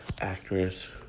actress